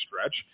stretch